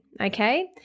Okay